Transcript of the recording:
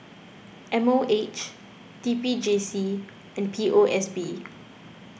M O H T P J C and P O S B